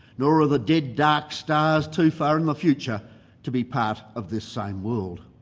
nor are the dead, dark stars too far in the future to be part of this same world.